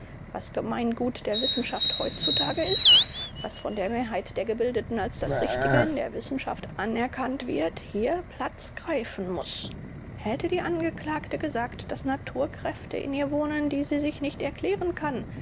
was gemeingut der wissenschaft heutzutage ist was von der mehrzahl der gebildeten als das richtige in der wissenschaft anerkannt wird hier platz greifen muß hätte die angeklagte gesagt daß naturkräfte in ihr wohnen die sie sich nicht erklären kann